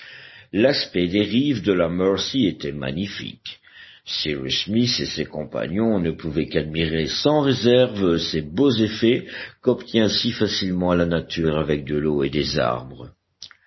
l'aspect des rives de la mercy était magnifique cyrus smith et ses compagnons ne pouvaient qu'admirer sans réserve ces beaux effets qu'obtient si facilement la nature avec de l'eau et des arbres